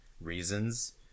reasons